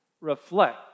reflect